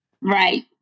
right